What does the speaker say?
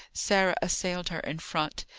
sarah assailed her in front.